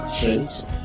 friends